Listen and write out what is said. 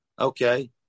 Okay